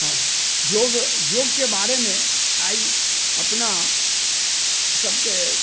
हँ योग योगके बारेमे आइ अपनासबके